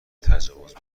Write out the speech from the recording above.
تجاوز